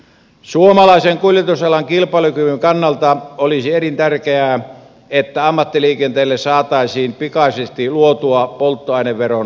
suomalaisen kuljetusalan kilpailukyvyn kannalta olisi elintärkeää että ammattiliikenteelle saataisiin pikaisesti luotua polttoaineveron palautusjärjestelmä